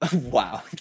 Wow